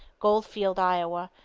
goldfield iowa,